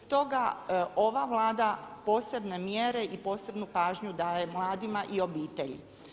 Stoga ova Vlada posebne mjere i posebnu pažnju daje mladima i obitelji.